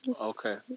Okay